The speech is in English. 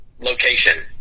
location